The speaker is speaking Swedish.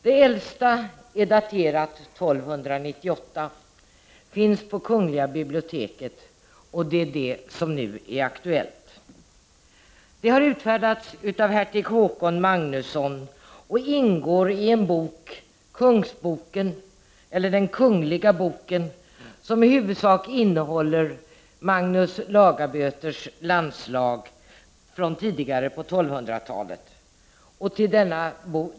Det äldsta är daterat 1298 och finns på kungl. biblioteket. Det är det som nu är aktuellt. Det har utfärdats av hertig Håkon Magnusson och ingår i en bok, Kungsboken eller Den kungliga boken, som i huvudsak innehåller Magnus Lagaböters landslag från tidigare på 1200-talet.